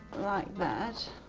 like that.